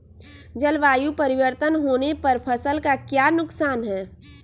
जलवायु परिवर्तन होने पर फसल का क्या नुकसान है?